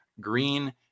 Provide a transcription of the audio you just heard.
green